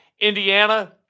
Indiana